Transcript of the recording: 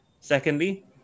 Secondly